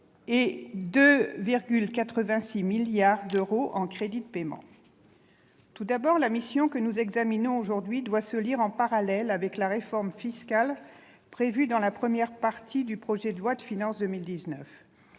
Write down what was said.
de 2,86 milliards d'euros en crédits de paiement. Tout d'abord, la mission que nous examinons aujourd'hui doit se lire en parallèle avec la réforme fiscale prévue dans la première partie du projet de loi de finances pour